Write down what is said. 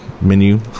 menu